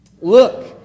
Look